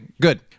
good